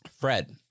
Fred